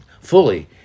fully